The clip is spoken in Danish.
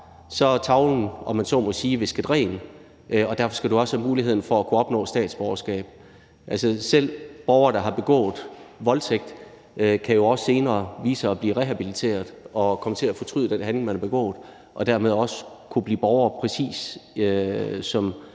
er tavlen, om man så må sige, visket ren, og derfor skal du også have mulighed for at kunne opnå statsborgerskab. Selv borgere, der har begået voldtægt, kan jo også senere vise sig at blive rehabiliteret og komme til at fortryde den handling, de har begået, og de kan dermed også blive borgere, præcis som